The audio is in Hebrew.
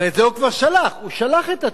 הרי את זה הוא כבר שלח, הוא שלח את הטיוטה.